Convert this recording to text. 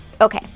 Okay